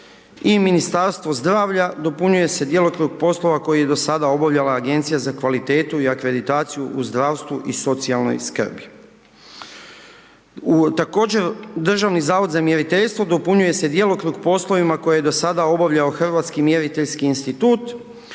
I Ministarstvo zdravlja, dopunjuje se djelokrug poslova koje je do sada obavljala Agencija za kvalitetu i akreditaciju u zdravstvu i socijalnoj skrbi. U, također, Državni zavod za mjeriteljstvo, dopunjuje se djelokrug poslovima koje je do sada obavljao Hrvatski mjeriteljski institut.